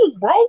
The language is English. bro